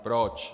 Proč.